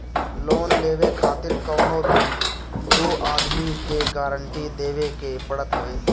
loan लेवे खातिर कवनो भी दू आदमी के गारंटी देवे के पड़त हवे